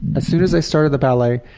as soon as i started the ballet,